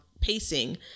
pacing